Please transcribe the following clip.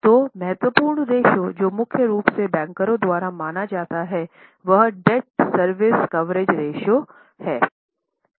तो महत्वपूर्ण रेश्यो जो मुख्य रूप से बैंकरों द्वारा माना जाता है वह डेब्ट सर्विस कवरेज रेश्यो है